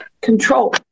control